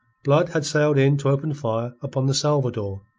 blood had sailed in to open fire upon the salvador.